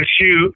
shoot